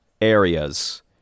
areas